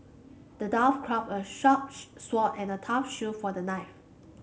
the dwarf crafted a sharp sword and a tough shield for the knight